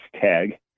tag